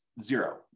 zero